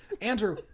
Andrew